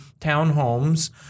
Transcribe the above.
townhomes